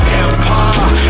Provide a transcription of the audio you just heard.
empire